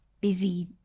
busy